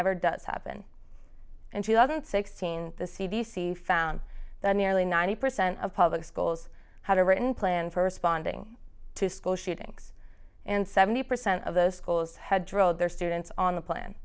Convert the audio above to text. ever does happen and she doesn't sixteen the c d c found that nearly ninety percent of public schools had a written plan for responding to school shootings and seventy percent of the schools had drilled their students on the plan